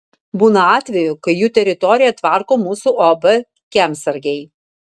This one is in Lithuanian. būna atvejų kai jų teritoriją tvarko mūsų uab kiemsargiai